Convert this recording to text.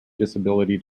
disability